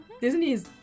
Disney's